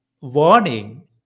warning